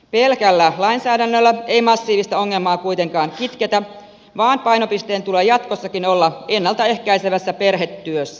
pelkällä lainsäädännöllä ei massiivista ongelmaa kuitenkaan kitketä vaan painopisteen tulee jatkossakin olla ennalta ehkäisevässä perhetyössä